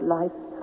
life